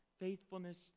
faithfulness